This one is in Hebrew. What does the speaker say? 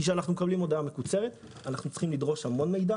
כשאנחנו מקבלים הודעה מקוצרת אנחנו צריכים לדרוש המון מידע,